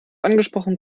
angesprochen